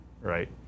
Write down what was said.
right